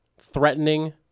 threatening